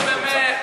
נו, באמת.